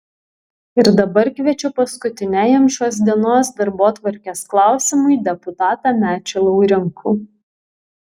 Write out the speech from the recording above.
ir dabar kviečiu paskutiniajam šios dienos darbotvarkės klausimui deputatą mečį laurinkų